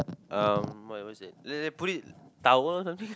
um what was that they they put it towel or something